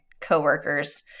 coworkers